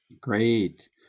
Great